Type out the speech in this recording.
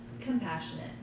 compassionate